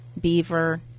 Beaver